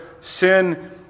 sin